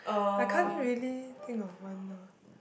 I can't really think of one lor